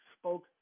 spoke